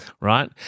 right